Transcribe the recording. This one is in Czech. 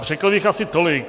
Řekl bych asi tolik.